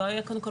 לא הייתה ממשלה,